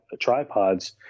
Tripods